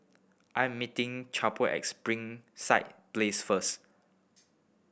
I am meeting Chalmer at Springside Place first